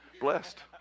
blessed